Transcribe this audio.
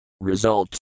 Result